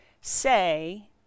say